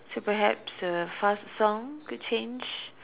so perhaps a fast song to change